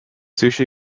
sushi